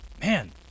man